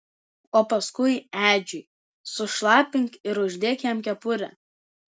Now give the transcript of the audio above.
o paskui edžiui sušlapink ir uždėk jam kepurę